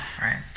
Right